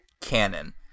canon